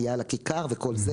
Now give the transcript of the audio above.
עליה לכיכר וכולי.